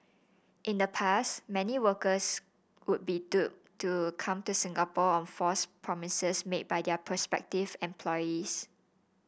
in the past many workers would be duped duped to come to Singapore on false promises made by their prospective employees